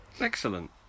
Excellent